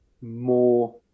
more